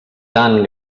tan